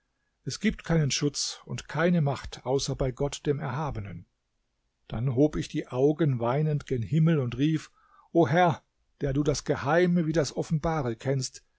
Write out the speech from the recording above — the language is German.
es gibt keinen schutz und keine macht außer bei gott dem erhabenen dann hob ich die augen weinend gen himmel und rief o herr der du das geheime wie das offenbare kennst